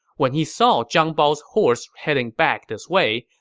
when he saw zhang bao's horse heading back this way,